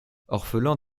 orphelin